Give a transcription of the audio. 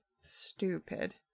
stupid